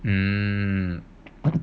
um